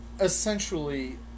essentially